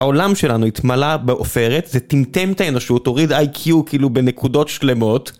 העולם שלנו התמלה בעופרת, זה טימטם את האנושות, הוריד איי-קיו כאילו בנקודות שלמות.